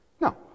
no